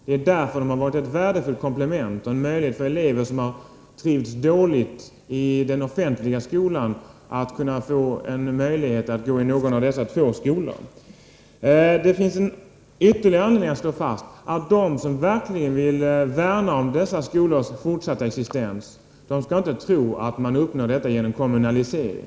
Det är därför de har varit ett värdefullt komplement till övriga skolor och kunnat erbjuda alternativ för elever som har trivts dåligt i den offentliga skolan. Det finns ytterligare anledning att slå fast att man inte värnar om dessa skolors fortsatta existens genom att gå med på en kommunalisering.